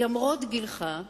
למרות גילך,